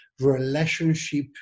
relationship